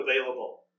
available